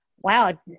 Wow